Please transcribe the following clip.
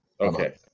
Okay